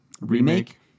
remake